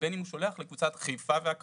לבין אם הוא שולח לקבוצת חיפה וקריות.